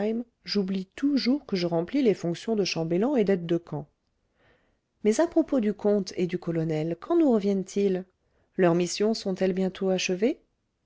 j'oublie toujours que je remplis les fonctions de chambellan et d'aide de camp mais à propos du comte et du colonel quand nous reviennent ils leurs missions sont-elles bientôt achevées